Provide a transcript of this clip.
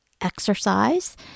Exercise